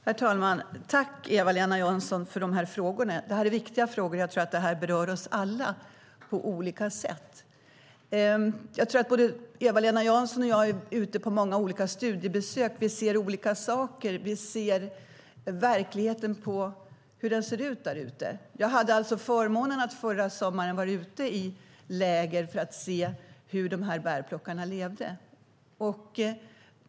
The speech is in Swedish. Herr talman! Tack, Eva-Lena Jansson, för de här frågorna! Det är viktiga frågor. Jag tror att det här berör oss alla på olika sätt. Jag tror att både Eva-Lena Jansson och jag är ute på många olika studiebesök. Vi ser olika saker. Vi ser hur verkligheten ser ut där ute. Jag hade alltså förmånen att förra sommaren vara ute i läger för att se hur de här bärplockarna levde.